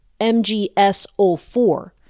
MGSO4